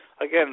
again